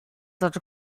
such